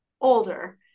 older